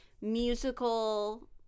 musical